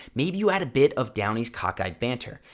maybe you add a bit of downey's cockeyed banter.